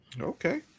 okay